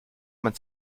man